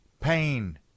pain